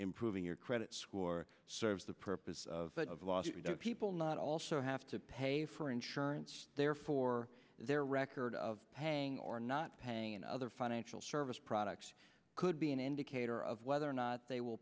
improving your credit score serves the purpose of law people not also have to pay for insurance therefore their record of paying or not paying another financial service products could be an indicator of whether or not they will